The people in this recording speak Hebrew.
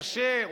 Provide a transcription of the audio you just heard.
קשה,